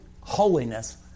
holiness